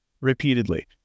Repeatedly